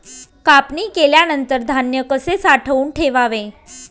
कापणी केल्यानंतर धान्य कसे साठवून ठेवावे?